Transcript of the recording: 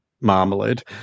Marmalade